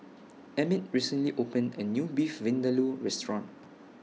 Emit recently opened A New Beef Vindaloo Restaurant